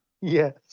Yes